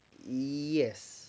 yes